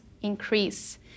increase